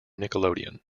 nickelodeon